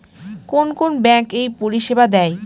কোন কোন ব্যাঙ্ক এই পরিষেবা দেয়?